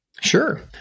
Sure